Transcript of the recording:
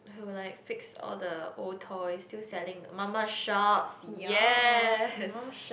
who like fix all the old toys still selling mama shops yes